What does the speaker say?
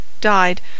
died